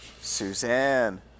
Suzanne